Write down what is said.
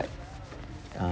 uh